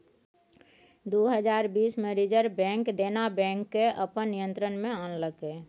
दु हजार बीस मे रिजर्ब बैंक देना बैंक केँ अपन नियंत्रण मे आनलकै